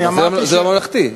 אני אמרתי, זה הממלכתי.